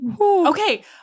Okay